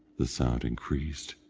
the sound increased,